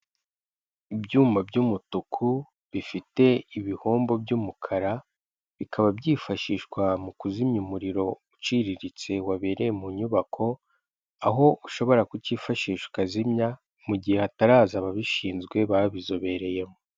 Ibyuma by'umutuku bifite ibihombo by'umukara, bikaba byifashishwa mu kuzimya umuriro uciriritse wabereye mu nyubako aho ushobora kukicyifashisha ukazimya mu gihe hataraza ababishinzwe babizobereyemo.